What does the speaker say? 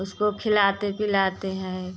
उसको खिलाते पिलाते हैं